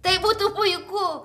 tai būtų puiku